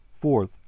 Fourth